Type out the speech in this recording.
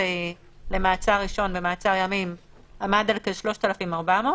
למעצר ראשון ומעצר ימים עמד על כ-3,400,